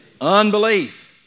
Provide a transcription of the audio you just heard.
Unbelief